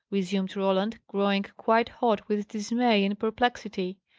resumed roland, growing quite hot with dismay and perplexity,